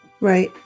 Right